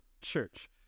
church